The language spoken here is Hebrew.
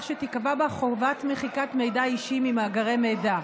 שתיקבע בו חובת מחיקת מידע אישי ממאגרי מידע.